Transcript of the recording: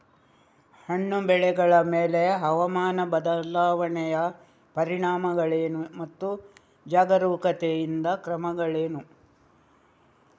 ಹಣ್ಣು ಬೆಳೆಗಳ ಮೇಲೆ ಹವಾಮಾನ ಬದಲಾವಣೆಯ ಪರಿಣಾಮಗಳೇನು ಮತ್ತು ಜಾಗರೂಕತೆಯಿಂದ ಕ್ರಮಗಳೇನು?